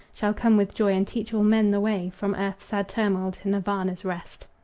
shall come with joy and teach all men the way from earth's sad turmoil to nirvana's rest.